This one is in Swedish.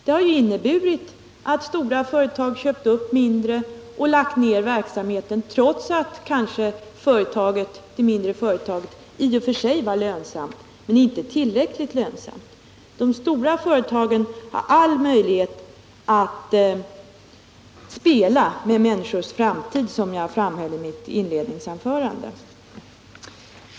De har inneburit att stora företag köpt upp mindre och lagt ner verksamheten vid dessa, även i fall där de kanske i och för sig varit lönsamma — men inte tillräckligt lönsamma. De stora företagen har all möjlighet att spela med människors framtid, som jag framhöll i mitt inledningsanförande.